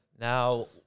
Now